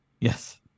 Yes